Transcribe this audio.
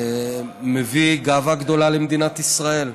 מביא גאווה גדולה למדינת ישראל.